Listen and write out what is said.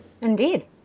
Indeed